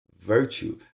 virtue